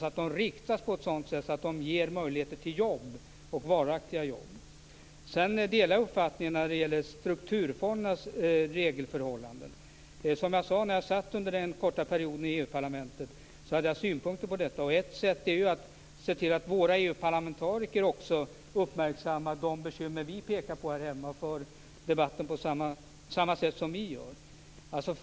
De skall riktas på ett sådant sätt att de ger möjligheter till varaktiga jobb. Jag delar uppfattningen när det gäller strukturfondernas regelförhållanden. Den korta tid jag satt i EU parlamentet hade jag synpunkter på detta. Ett sätt är att se till att våra EU-parlamentariker också uppmärksammar de bekymmer vi pekar på här hemma och för debatten på samma sätt som vi gör.